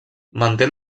manté